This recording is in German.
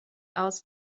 aus